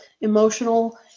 emotional